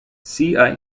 sea